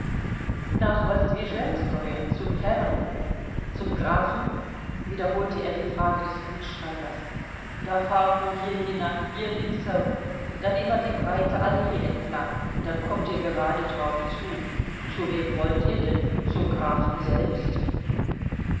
nach wosdwischenskoje zum herrenhof zum grafen wiederholte er die frage des gutsschreibers da fahrt nur hier hinan hier links herum dann immer die breite allee entlang dann kommt ihr gerade drauf zu zu wem wollt ihr denn zum grafen selbst